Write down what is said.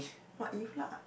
what if lah